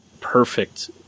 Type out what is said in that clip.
perfect